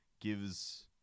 gives